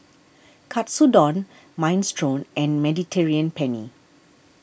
Katsudon Minestrone and Mediterranean Penne